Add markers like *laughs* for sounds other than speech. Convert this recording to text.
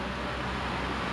*laughs*